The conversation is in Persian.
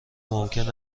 ممکن